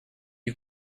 you